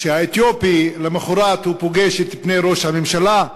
שהאתיופי, למחרת הוא פוגש את פני ראש הממשלה,